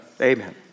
Amen